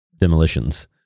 demolitions